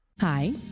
Hi